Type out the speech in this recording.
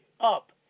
up